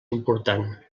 important